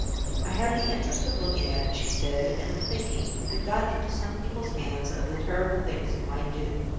i have the interest of looking at it, she said, and of thinking, if it got into some people's hands, of the terrible things it might do.